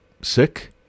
sick